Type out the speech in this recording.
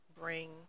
bring